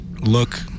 look